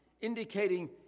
indicating